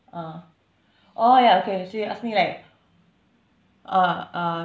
ah oh ya okay so you ask me like uh uh